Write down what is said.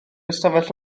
ystafell